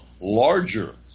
larger